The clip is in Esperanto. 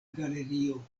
galerio